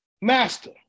master